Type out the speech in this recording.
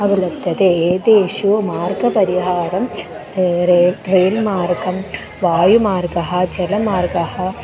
अवलम्बते एतेषु मार्गपरिहारं रे रेल् रेल् मार्गं वायुमार्गः जलमार्गः